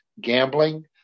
gambling